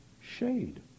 Shade